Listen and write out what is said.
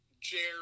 Jerry